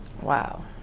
wow